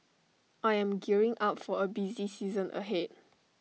I am gearing up for A busy season ahead